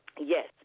yes